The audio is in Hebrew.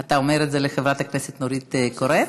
אתה אומר את זה לחברת הכנסת נורית קורן?